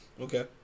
Okay